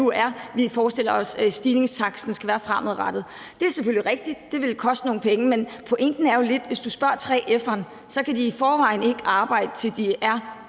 vi forestiller os stigningstakten skal være fremadrettet. Det er selvfølgelig rigtigt, at det vil koste nogle penge, men pointen er jo lidt, at hvis du spørger 3F'eren, kan vedkommende i forvejen ikke arbejde, til han